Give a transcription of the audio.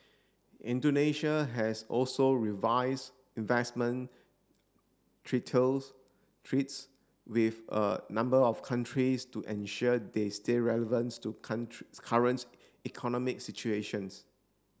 Indonesia has also revise investment treats with a number of countries to ensure they stay relevants to current economic situations